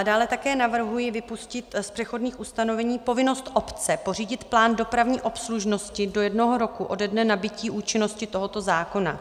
Dále také navrhuji vypustit z přechodných ustanovení povinnost obce pořídit plán dopravní obslužnosti do jednoho roku ode dne nabytí účinnosti tohoto zákona.